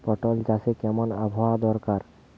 পটল চাষে কেমন আবহাওয়া দরকার?